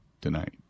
tonight